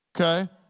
Okay